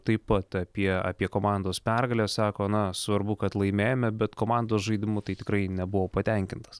taip pat apie apie komandos pergalę sako na svarbu kad laimėjome bet komandos žaidimu tai tikrai nebuvau patenkintas